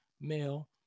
male